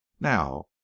now